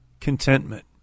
contentment